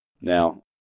Now